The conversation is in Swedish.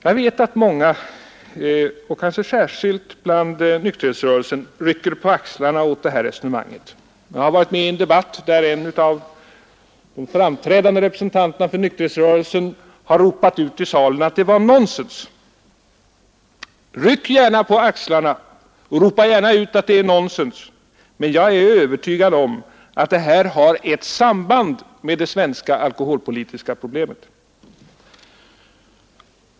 Jag vet att många, och kanske särskilt inom nykterhetsrörelsen, rycker på axlarna åt detta resonemang. Jag har varit med i en debatt där en av de mest framträdande representanterna för nykterhetsrörelsen har ropat ut i salen att det var nonsens. Ryck gärna på axlarna och ropa gärna ut att det är nonsens, men jag är övertygad om att det finns ett samband med det svenska alkoholpolitiska problemet.